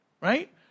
Right